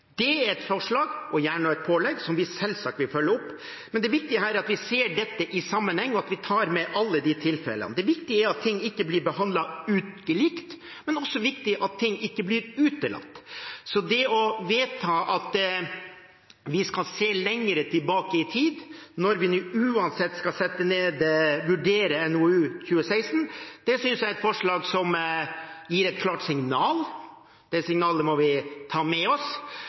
Det er et forslag – og gjerne også et pålegg – som vi selvsagt vil følge opp. Men det viktige her er at vi ser dette i sammenheng, og at vi tar med alle de tilfellene. Det viktige er at ting ikke blir behandlet ulikt, men det er også viktig at ting ikke blir utelatt. Så det å vedta at vi skal se lenger tilbake i tid, når vi uansett skal vurdere NOU 2016: 9, synes jeg er et forslag som gir et klart signal. Det signalet må vi ta med oss,